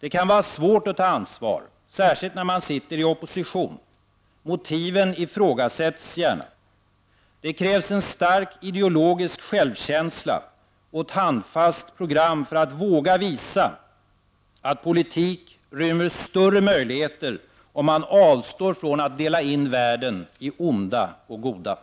Det kan vara svårt att ta ansvar, särskilt när man sitter i opposition. Motiven ifrågasätts gärna. Det krävs en stark ideologisk själv känsla och ett handfast program för att våga visa att politik rymmer större möjligheter om man avstår från att dela in världen i onda och goda.